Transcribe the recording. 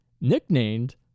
nicknamed